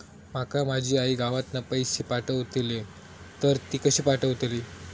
माका माझी आई गावातना पैसे पाठवतीला तर ती कशी पाठवतली?